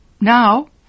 Now